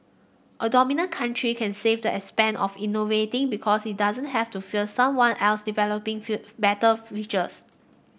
a dominant company can save the expense of innovating because it doesn't have to fear someone else developing few better features